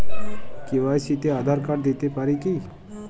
KYC তে Aadhaar card দিতে পারি কি?